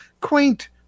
quaint